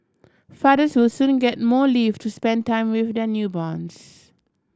fathers will soon get more leave to spend time with their newborns